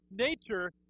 nature